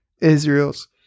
Israel's